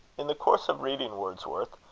in the course of reading wordsworth,